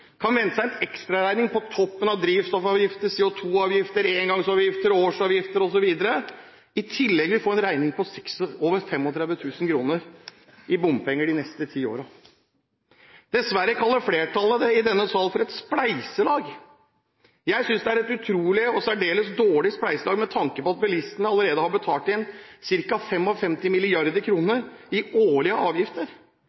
kan vente seg en ekstraregning – på toppen av drivstoffavgifter, CO2-avgifter, engangsavgifter, årsavgifter osv. – på over 35 000 kr i bompenger de neste ti årene. Dessverre kaller flertallet i denne salen dette for et spleiselag. Jeg synes det er et utrolig og særdeles dårlig spleiselag – med tanke på at bilistene allerede har betalt inn